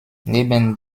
neben